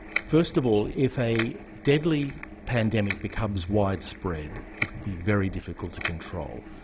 first of all, if a deadly pandemic becomes widespread it will be very difficult to control.